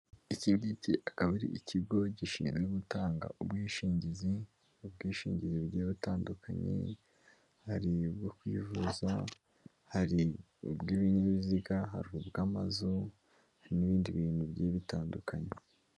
Iki ngiki akaba ari ikigo gishinzwe gutanga ubwishingizi bugiye butandukanye hari ubwo kwivuza, hari ubw'ibinyabiziga, ubw'amazu n'ibindi bintu bigiye bitandukanye.